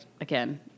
again